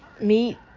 meat